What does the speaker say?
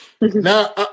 Now